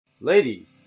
Ladies